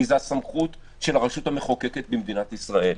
כי זו הסמכות של הרשות המחוקקת במדינת ישראל,